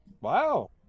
Wow